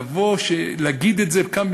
לבוא להגיד את זה כאן,